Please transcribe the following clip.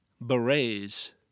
Berets